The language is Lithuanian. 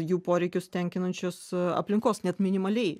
jų poreikius tenkinančius aplinkos net minimaliai